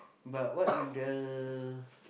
but what if the